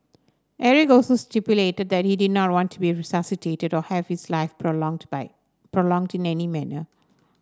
Eric also stipulated that he did not want to be resuscitated or have his life prolonged by prolonged in any manner